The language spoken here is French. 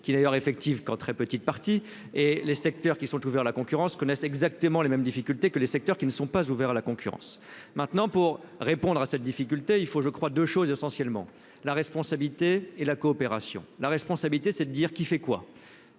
qui ailleurs effectif qu'en très petite partie et les secteurs qui sont ouverts, la concurrence connaissent exactement les mêmes difficultés que les secteurs qui ne sont pas ouverts à la concurrence maintenant pour répondre à cette difficulté, il faut je crois 2 choses essentiellement la responsabilité et la coopération, la responsabilité, c'est de dire qui fait quoi,